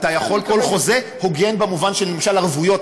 אתה יכול כל חוזה, הוגן במובן של למשל ערבויות.